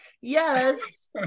Yes